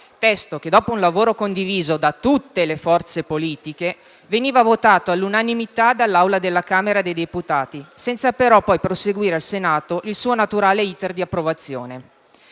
testo che, dopo un lavoro condiviso da tutte le forze politiche, veniva votato all'unanimità dall'Aula della Camera dei deputati senza però poi proseguire al Senato il suo naturale *iter* di approvazione.